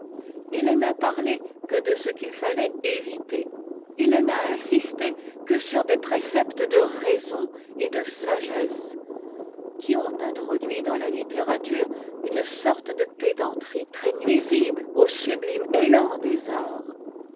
il n'a parlé que de ce qu'il fattait éviter il n'a insisté que sur des préceptes de raison et de sagesse qui ont introduit dans la littérature une sorte de pédanterie très nuisible au sublime élan des arts